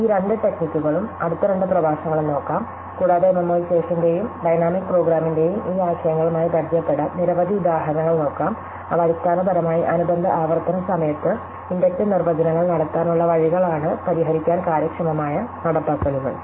ഈ രണ്ട് ടെക്നിക്കുകളും അടുത്ത രണ്ട് പ്രഭാഷണങ്ങളും നോക്കാം കൂടാതെ മെമ്മോയിസേഷന്റെയും ഡൈനാമിക് പ്രോഗ്രാമിന്റെയും ഈ ആശയങ്ങളുമായി പരിചയപ്പെടാൻ നിരവധി ഉദാഹരണങ്ങൾ നോക്കാം അവ അടിസ്ഥാനപരമായി അനുബന്ധ ആവർത്തന സമയത്ത് ഇൻഡക്റ്റീവ് നിർവചനങ്ങൾ നടത്താനുള്ള വഴികളാണ് പരിഹരിക്കാൻ കാര്യക്ഷമമായ നടപ്പാക്കലുകൾ